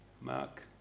Mark